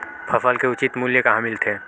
फसल के उचित मूल्य कहां मिलथे?